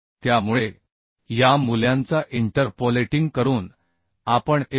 त्यामुळे या मूल्यांचा इंटरपोलेटिंग करून आपण FCD